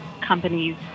companies